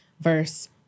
verse